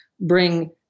bring